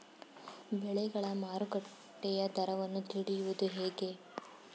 ಬೆಳೆಗಳ ಮಾರುಕಟ್ಟೆಯ ದರವನ್ನು ತಿಳಿಯುವುದು ಹೇಗೆ?